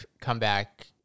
Comeback